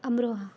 Amroha